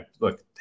look